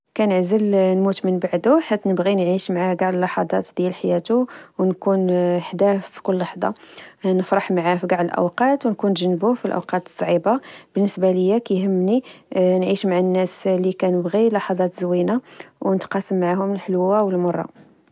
كنعزل نموت من بعدو حيت نبغي نعيش معاه چاع لحظات ديال حياتو، و نكون حداو فكل لحظة، نفرح معاه فالأوقات الزوينة ونكون جنبو فالأوقات الصعيبة. بالنسبة ليا، كهنمني نعيش مع الناس لكنبغي لحظات زوينة ونتقاسم معاهم الحلوة و المرة